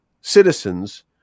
citizens